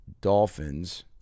dolphins